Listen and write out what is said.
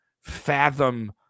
fathom